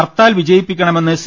ഹർത്താൽ വിജയിപ്പിക്കണമെന്ന് സി